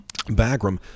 Bagram